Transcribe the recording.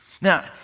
Now